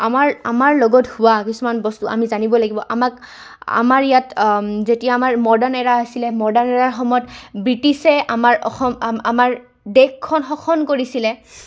আমাৰ আমাৰ লগত হোৱা কিছুমান বস্তু আমি জানিব লাগিব আমাক আমাৰ ইয়াত যেতিয়া আমাৰ মৰ্ডাৰ্ণ এৰা আছিলে মডাৰ্ণ এৰাৰ সময়ত ব্ৰিটিছে আমাৰ অসম আমাৰ দেশখন শাসন কৰিছিলে